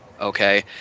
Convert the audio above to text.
Okay